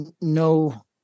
no